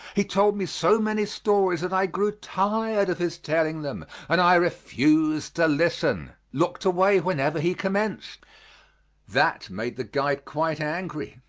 he told me so many stories that i grew tired of his telling them and i refused to listen looked away whenever he commenced that made the guide quite angry.